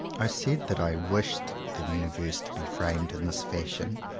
i said that i wished the universe to be framed in this fashion,